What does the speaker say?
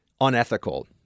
unethical